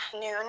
Noon